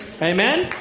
Amen